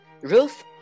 Ruth